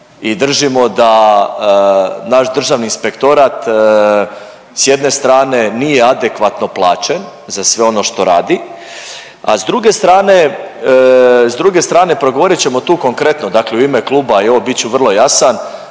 i držimo da naš Državni inspektora s jedne strane nije adekvatno plaćen za sve ono što radi, a s druge strane, s druge strane progovorit ćemo tu konkretno, dakle u ime kluba i evo bit ću vrlo jasan.